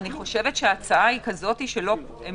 אני חושבת שההצעה היא כזאת שהם